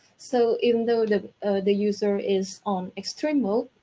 so even though the the user is on extreme mode,